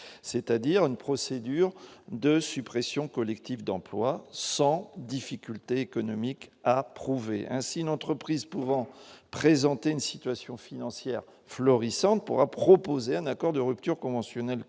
c'est-à-dire une procédure de suppression collectif d'emploi sans difficultés économiques approuvé ainsi une entreprise pouvant présenter une situation financière florissante pourra proposer un accord de ruptures conventionnelles